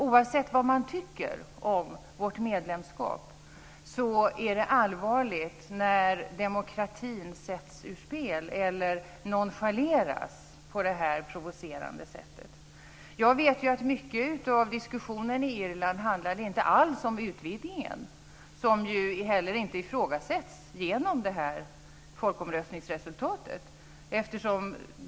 Oavsett vad man tycker om vårt medlemskap är det allvarligt när demokratin sätts ur spel eller nonchaleras på det här provocerande sättet. Jag vet att mycket av diskussionen i Irland inte alls handlade om utvidgningen, som inte heller ifrågasätts genom folkomröstningsresultatet.